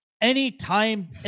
Anytime